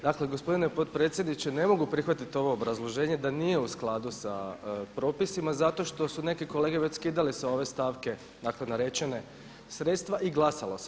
Dakle gospodine potpredsjedniče, ne mogu prihvatiti ovo obrazloženje da nije u skladu da propisima zato što su neki kolege već skidale sa ove stavke dakle narečene sredstva i glasalo se.